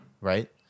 right